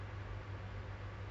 especially